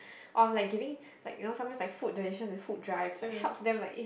or like giving like you know sometimes like food donation and food drives like helps them like if